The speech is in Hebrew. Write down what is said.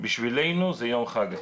בשבילנו זה יום חג.